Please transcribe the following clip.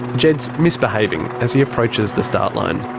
jed's misbehaving as he approaches the start line.